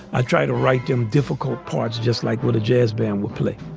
i try to write them difficult parts, just like with a jazz band would play.